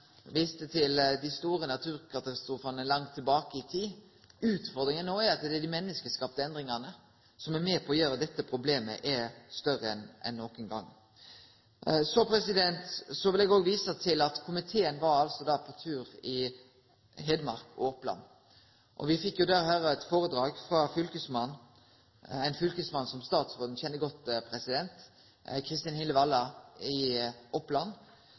viste til dei store naturkatastrofane langt tilbake i tid. Utfordringa no er at det er dei menneskeskapte endringane som er med på å gjere at dette problemet er større enn nokon gong. Eg vil òg vise til at komiteen var på tur i Hedmark og Oppland. Me fekk då høre eit føredrag frå fylkesmannen – ein fylkesmann statsråden kjenner godt, Kristin Hille Valla i Oppland